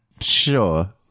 Sure